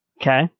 Okay